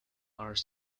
are